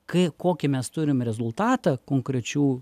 kai kokį mes turim rezultatą konkrečių